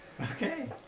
Okay